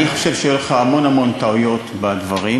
אני חושב שהיו לך המון המון טעויות בדברים.